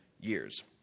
years